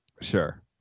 Sure